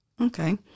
okay